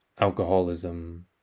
alcoholism